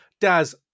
Daz